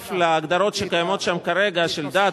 נוסף על ההגדרות שקיימות שם כרגע של "דת,